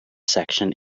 section